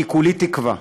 כולי תקווה,